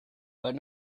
but